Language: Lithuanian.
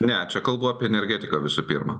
ne čia kalbu apie energetiką visų pirma